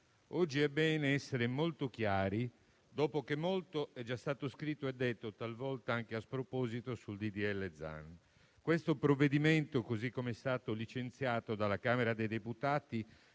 oggi è bene essere estremamente chiari dopo che molto è già stato scritto e detto, talvolta anche a sproposito, sul disegno di legge Zan. Questo provvedimento, così come è stato licenziato dalla Camera dei deputati,